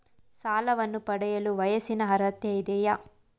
ಸಾಲವನ್ನು ಪಡೆಯಲು ವಯಸ್ಸಿನ ಅರ್ಹತೆ ಇದೆಯಾ?